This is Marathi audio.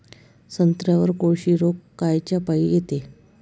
संत्र्यावर कोळशी रोग कायच्यापाई येते?